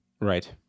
Right